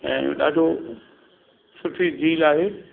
ऐं ॾाढो सुठी झील आहे